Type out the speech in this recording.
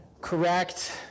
correct